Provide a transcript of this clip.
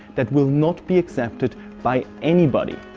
that will not be accepted by anybody.